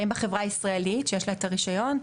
האם בחברה הישראלית שיש לה את הרישיון?